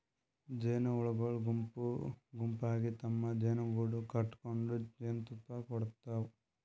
ಜೇನಹುಳಗೊಳ್ ಗುಂಪ್ ಗುಂಪಾಗಿ ತಮ್ಮ್ ಜೇನುಗೂಡು ಕಟಗೊಂಡ್ ಜೇನ್ತುಪ್ಪಾ ಕುಡಿಡ್ತಾವ್